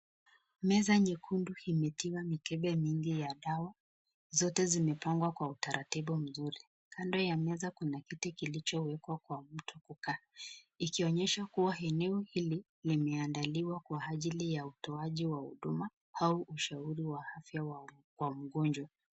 Meza nyekundu ime tiwa mikebe mingi ya dawa, zote zime pangwa kwa utaratibu mzuri. Kando ya meza kuna kiti kilicho wekwa kwa mtu kukaa, ikionyesha kuwa eneo hili lime andaliwa kwa ajili utoaji wa huduma au ushauri wa afya wa mgonjwa.